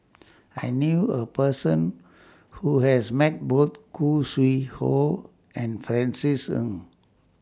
I knew A Person Who has Met Both Khoo Sui Hoe and Francis Ng